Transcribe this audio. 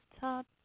top